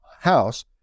house